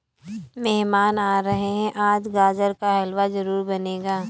मेहमान आ रहे है, आज गाजर का हलवा जरूर बनेगा